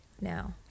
now